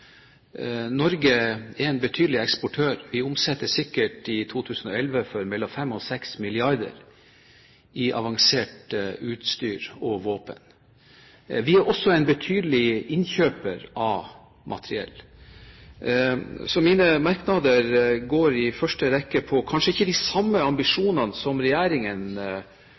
Norge er en betydelig eksportør. Vi omsetter i 2011 sikkert for mellom 5 og 6 mrd. kr i avansert utstyr og våpen. Vi er også en betydelig innkjøper av materiell. Så mine merknader gjelder i første rekke ikke de ambisjonene som